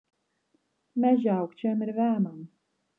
mes žiaukčiojam ir vemiam